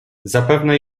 zapewne